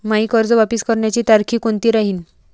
मायी कर्ज वापस करण्याची तारखी कोनती राहीन?